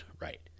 right